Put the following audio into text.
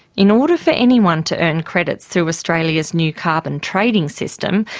in order for anyone to earn credits through australia's new carbon trading system,